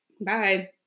Bye